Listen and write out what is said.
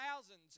thousands